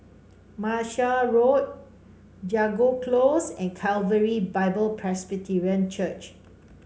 Martia Road Jago Close and Calvary Bible Presbyterian Church